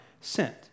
sent